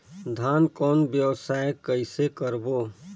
धान कौन व्यवसाय कइसे करबो?